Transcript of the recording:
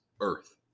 Earth